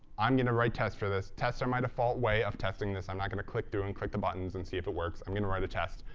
i'm going to write test for this. tests are my default way of testing this. i'm not going to click through and click the buttons and see if it works. i'm going to write a test,